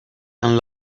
and